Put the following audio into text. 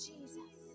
Jesus